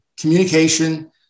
Communication